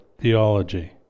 theology